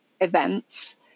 events